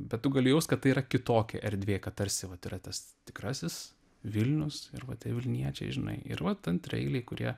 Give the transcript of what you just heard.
bet tu gali jaust kad tai yra kitokia erdvė kad tarsi vat yra tas tikrasis vilnius ir va tie vilniečiai žinai ir vat antraeiliai kurie